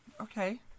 Okay